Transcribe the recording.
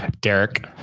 Derek